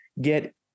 get